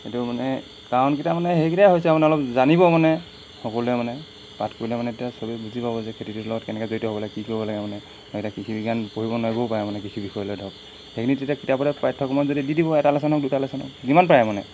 সেইটো মানে কাৰণকেইটা মানে সেইকেইটাই হৈছে আৰু মানে আপোনাৰ অলপ জানিব মানে সকলোৱে মানে পাঠ কৰিলে মানে এতিয়া চবেই বুজি পাব যে খেতিটোৰ লগত কেনেকৈ জড়িত হ'ব লাগে কি ল'ব লাগে মানে এতিয়া কৃষি বিজ্ঞান পঢ়িব নোৱাৰিবও পাৰে মানে কৃষি বিষয়ে লৈ ধৰক সেইখিনি যেতিয়া কিতাপতে পাঠ্যক্ৰমত যদি দি দিব এটা লেশ্বনত দুটালেশ্বনত যিমান পাৰে মানে